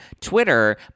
Twitter